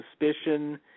suspicion